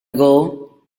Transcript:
goal